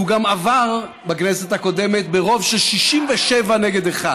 הוא גם עבר בכנסת הקודמת ברוב של 67 נגד אחד.